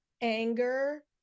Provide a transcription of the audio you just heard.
anger